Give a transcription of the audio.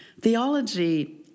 Theology